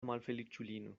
malfeliĉulino